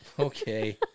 Okay